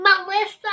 Melissa